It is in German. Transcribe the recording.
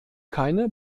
keine